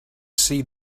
see